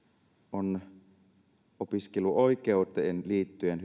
on opiskeluoikeuteen liittyen